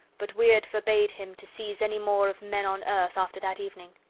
but wyrd forbade him to seize any more of men on earth after that evening.